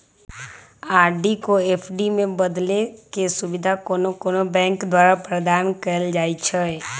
RD को FD में बदलेके सुविधा कोनो कोनो बैंके द्वारा प्रदान कएल जाइ छइ